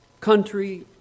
country